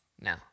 now